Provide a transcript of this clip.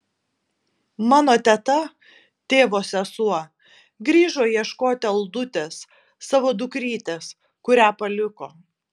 mano teta tėvo sesuo grįžo ieškoti aldutės savo dukrytės kurią paliko